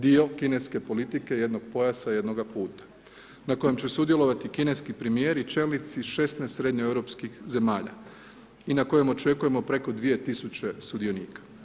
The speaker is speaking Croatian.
Dio kineske politike jednog pojasa jednoga puta na kojem će sudjelovati kineski premijer i čelnici 16 srednjoeuropskih zemalja i na kojemu očekujemo preko 2000 sudionika.